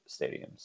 stadiums